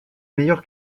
meilleur